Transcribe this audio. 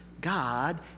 God